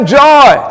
joy